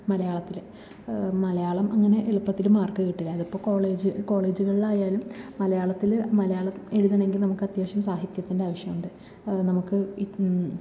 മലയാളത്തിൽ മലയാളം അങ്ങനെ എളുപ്പത്തിൽ മാർക്ക് കിട്ടില്ല അതിപ്പം കോളേജ് കോളേജുകളിൽ ആയാലും മലയാളത്തിൽ മലയാളം എഴുതണമെങ്കിൽ നമുക്ക് അത്യാവശ്യം സാഹിത്യത്തിൻ്റെ ആവശ്യമുണ്ട് നമുക്ക്